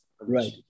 right